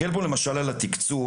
באוניברסיטאות.